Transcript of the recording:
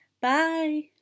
bye